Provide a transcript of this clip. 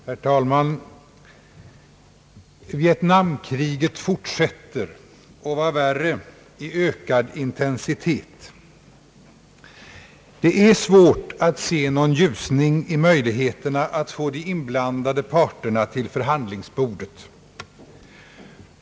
Herr talman! Vietnamkriget fortsätter, och vad värre är med ökad intensitet. Det är svårt att se någon ljusning i möjligheterna att få de inblandade parterna till förhandlingsbordet.